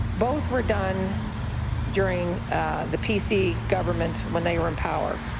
both were done during the pc government when they were in power.